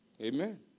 Amen